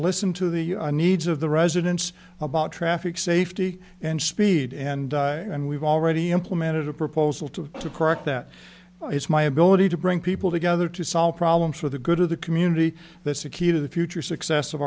listen to the needs of the residents about traffic safety and speed and and we've already implemented a proposal to to correct that is my ability to bring people together to solve problems for the good of the community that's a key to the future success of